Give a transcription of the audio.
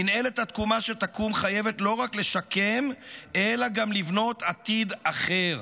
מינהלת התקומה שתקום חייבת לא רק לשקם אלא גם לבנות עתיד אחר,